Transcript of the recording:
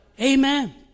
Amen